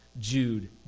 Jude